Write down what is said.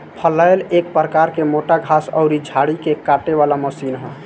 फलैल एक प्रकार के मोटा घास अउरी झाड़ी के काटे वाला मशीन ह